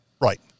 Right